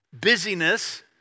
busyness